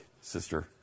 sister